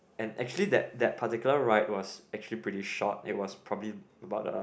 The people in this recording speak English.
and actually that that particular ride was actually pretty short it was probably about uh